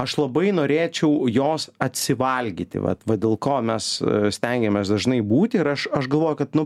aš labai norėčiau jos atsivalgyti vat va dėl ko mes stengiamės dažnai būti ir aš aš galvoju kad nu